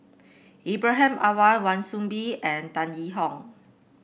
Ibrahim Awang Wan Soon Bee and Tan Yee Hong